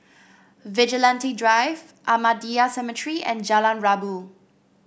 Vigilante Drive Ahmadiyya Cemetery and Jalan Rabu